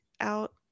out